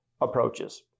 approaches